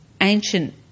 ancient